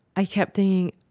i kept thinking,